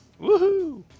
Woohoo